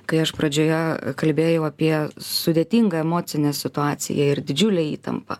kai aš pradžioje kalbėjau apie sudėtingą emocinę situaciją ir didžiulę įtampą